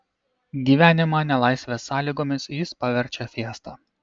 gyvenimą nelaisvės sąlygomis jis paverčia fiesta